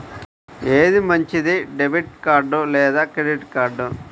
ఏది మంచిది, debit card లేదా క్రెడిట్ కార్డ్?